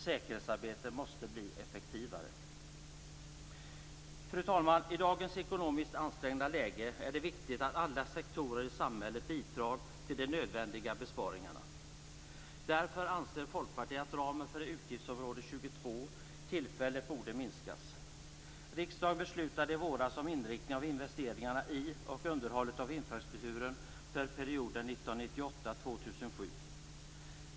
Säkerhetsarbetet måste bli effektivare. Fru talman! I dagens ekonomiskt ansträngda läge är det viktigt att alla sektorer i samhället bidrar till de nödvändiga besparingarna. Därför anser Folkpartiet att ramen för utgiftsområde 22 tillfälligt borde minskas. Riksdagen beslutade i våras om inriktningen av investeringarna i och underhållet av infrastrukturen för perioden 1998-2007.